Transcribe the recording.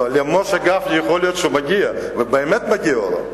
למשה גפני יכול להיות שמגיע, ובאמת מגיע לו.